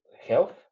health